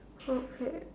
okay